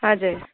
हजुर